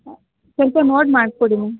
ಸ್ವಲ್ಪ ನೋಡಿ ಮಾಡಿಕೊಡಿ ಮ್ಯಾಮ್